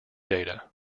data